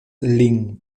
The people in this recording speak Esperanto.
lin